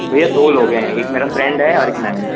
भैया दो लोग हैं एक मेरा फ्रेंड है और एक मैं हूँ